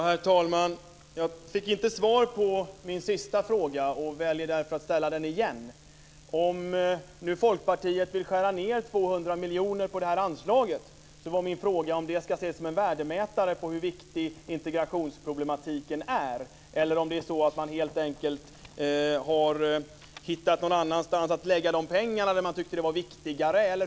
Herr talman! Jag fick inte svar på min sista fråga, och jag väljer därför att ställa den igen. Folkpartiet vill nu skära ned 200 miljoner kronor på detta anslag. Ska detta ses som en värdemätare på hur viktig integrationspolitiken är? Eller har man helt enkelt hittat något annat område som man tycker är viktigare att lägga dessa pengar på?